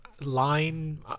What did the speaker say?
line